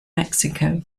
mexico